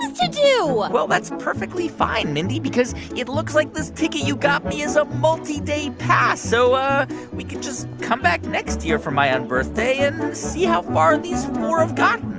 to do well, that's perfectly fine, mindy, because it looks like this ticket you got me is a multiday pass. so um we can just come back next year for my un-birthday and see how far these four have gotten